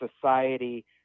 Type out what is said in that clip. society